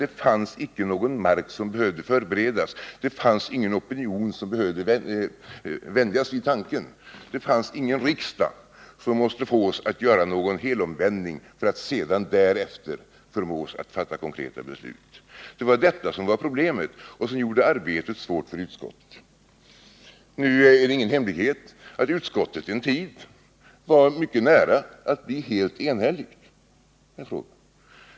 Det fanns nämligen ingen mark som behövde förberedas, det fanns ingen opinion som behövde vänjas vid tanken och riksdagen behövde inte fås att göra en helomvändning för att därefter förmås att fatta konkreta beslut. Det var detta som var problemet och som gjorde arbetet så svårt för utskottet. Det är ingen hemlighet att utskottet en tid var mycket nära att bli helt enhälligt.